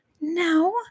No